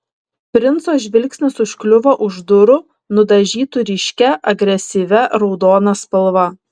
princo žvilgsnis užkliuvo už durų nudažytų ryškia agresyvia raudona spalva